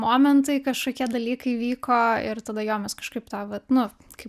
momentai kažkokie dalykai vyko ir tada jo mes kažkaip ta vat nu kaip